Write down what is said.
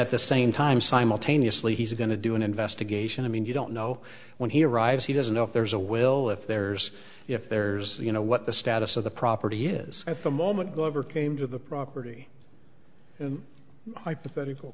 at the same time simultaneously he's going to do an investigation i mean you don't know when he arrives he doesn't know if there's a will if there's if there's you know what the status of the property is at the moment that ever came to the property and hypothetical